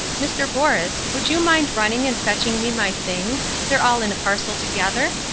mr. borus, would you mind running and fetching me my things, they're all in a parcel together?